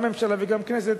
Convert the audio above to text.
גם הממשלה וגם הכנסת,